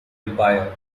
empire